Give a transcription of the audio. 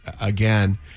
again